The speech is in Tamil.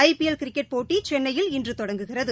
ஐ பிஎல் கிரிக்கெட் போட்டிசென்னையில் இன்றுதொடங்குகிறது